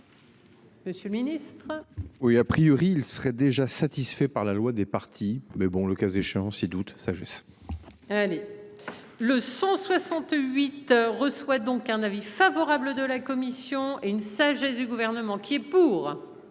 Monsieur le Ministre. Oui a priori ils seraient déjà satisfait par la loi des partis, mais bon, le cas échéant si doutes ça. Allez. Le 168 reçoit donc un avis favorable de la commission et une sagesse du gouvernement qui est pour.